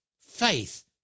faith